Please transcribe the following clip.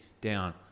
down